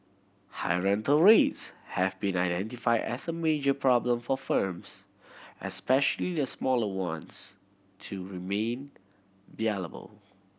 high rental rates have been identified as a major problem for firms especially the smaller ones to remain